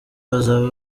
bazaba